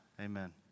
Amen